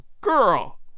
girl